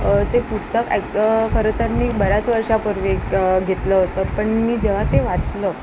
ते पुस्तक खरं तर मी बऱ्याच वर्षापूर्वी घेतलं होतं पण मी जेव्हा ते वाचलं